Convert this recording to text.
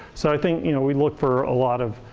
so i think you know we look for a lot of,